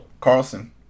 Carlson